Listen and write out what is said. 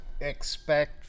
expect